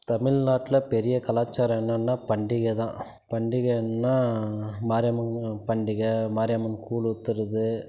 தமிழ் நாட்டில் பெரிய கலாச்சாரம் என்னென்னா பண்டிகை தான் பண்டிகைன்னால் மாரியம்மன் பண்டிகை மாரியம்மன் கூழ் ஊற்றுறது